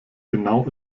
genau